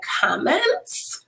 comments